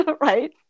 right